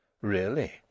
Really